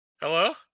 Hello